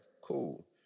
cool